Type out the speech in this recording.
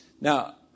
Now